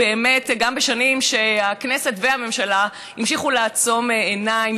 וגם בשנים שהכנסת והממשלה המשיכו לעצום עיניים,